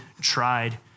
tried